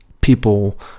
People